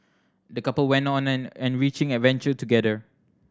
the couple went on an enriching adventure together